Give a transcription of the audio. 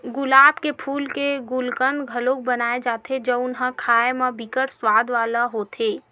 गुलाब के फूल के गुलकंद घलो बनाए जाथे जउन ह खाए म बिकट सुवाद वाला होथे